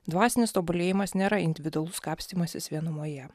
dvasinis tobulėjimas nėra individualus kapstymasis vienumoje